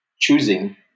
Choosing